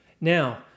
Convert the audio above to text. Now